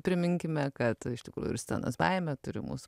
priminkime kad iš tikrųjų ir scenos baimę turi mūsų